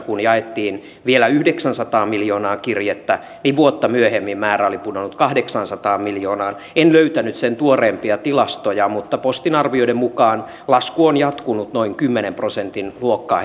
kun kaksituhattakolmetoista jaettiin vielä yhdeksänsataa miljoonaa kirjettä niin vuotta myöhemmin määrä oli pudonnut kahdeksaansataan miljoonaan en löytänyt sen tuoreempia tilastoja mutta postin arvioiden mukaan lasku on jatkunut ollen noin kymmenen prosentin luokkaa